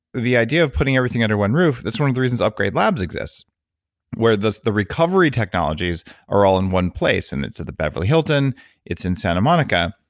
the idea of putting everything under one roof, that's one of the reasons upgrade labs exists where the the recovery technologies are all in one place and it's at the beverly hilton it's in santa monica,